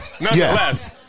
nonetheless